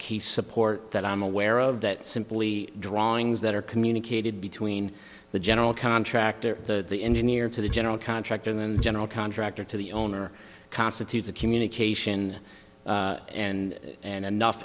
key support that i'm aware of that simply drawings that are communicated between the general contractor the engineer to the general contractor and general contractor to the owner constitutes a communication and and enough